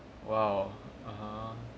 !wow! (uh huh)